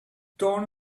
torn